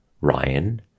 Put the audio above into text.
Ryan